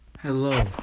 Hello